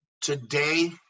today